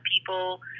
people